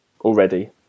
already